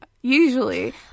usually